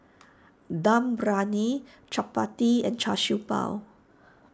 Dum Briyani Chappati and Char Siew Bao